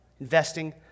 investing